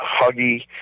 huggy